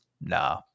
Nah